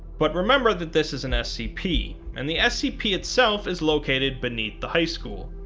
but remember that this is an scp, and the scp itself is located beneath the high school.